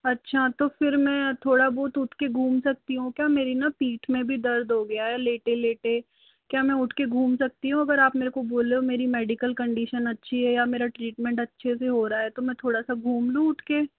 अच्छा तो फ़िर मैं थोड़ा बहुत उठ कर घूम सकती हूँ क्या मेरी ना पीठ में भी दर्द हो गया है लेटे लेटे क्या मैं उठ कर घूम सकती हूँ अगर आप मेरे को बोलो मेरी मेडिकल कन्डिशन अच्छी है या मेरा ट्रीटमेंट अच्छे से हो रहा है तो मैं थोड़ा सा घूम लूँ उठ कर